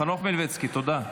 חנוך מלביצקי, תודה.